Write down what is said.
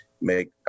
make